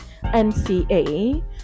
nca